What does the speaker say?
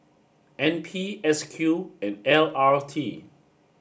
N P S Q and L R T